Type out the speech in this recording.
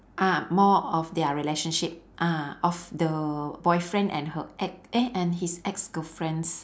ah more of their relationship ah of the boyfriend and her ex eh and his ex girlfriends